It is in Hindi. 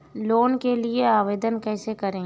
लोन के लिए आवेदन कैसे करें?